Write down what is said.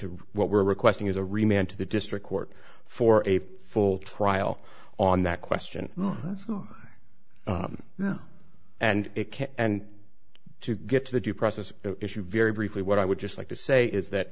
to what we're requesting is a remain to the district court for a full trial on that question now and and to get to the due process issue very briefly what i would just like to say is that